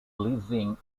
leasing